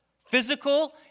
physical